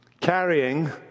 carrying